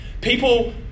People